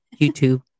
YouTube